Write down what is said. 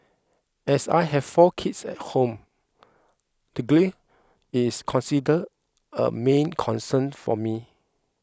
as I have four kids at home the grille is considered a main concern for me